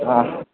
हां